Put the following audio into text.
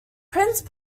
prince